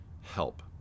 help